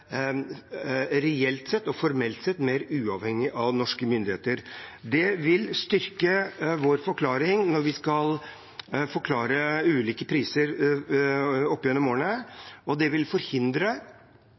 mer uavhengig av norske myndigheter. Det vil være en styrke når vi skal forklare ulike priser opp gjennom årene,